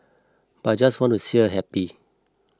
but I just wanted to see her happy